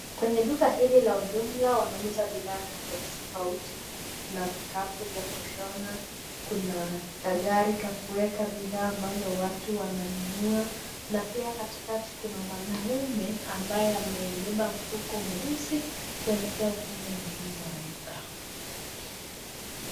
Kwenye duka hili la ujumla wanauza bidhaa tofauti tofauti. Kuna vikapu vya kushona, kuna kagari ka kuweka bidhaa ambazo watu wananuna na pia katikati kuna mwanaume ambaye amebeba mfuko mweusi kuelekea upande mwingine wa duka.